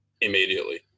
immediately